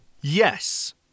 Yes